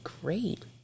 great